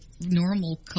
normal